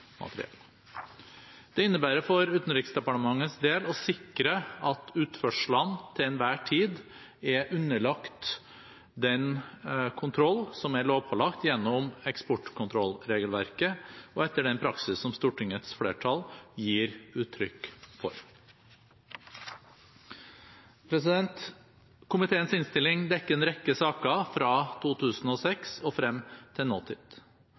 Det innebærer for Utenriksdepartementets del å sikre at utførslene til enhver tid er underlagt den kontroll som er lovpålagt gjennom eksportkontrollregelverket, og etter den praksis som Stortingets flertall gir uttrykk for. Komiteens innstilling dekker en rekke saker fra 2006 og frem til